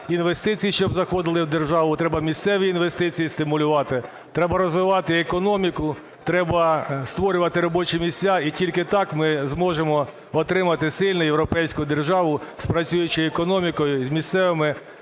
інвестиції щоб заходили в державу, треба місцеві інвестиції стимулювати, треба розвивати економіку, треба створювати робочі місця і тільки так ми зможемо отримати сильну європейську державу з працюючою економікою і з сильними